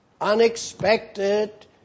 unexpected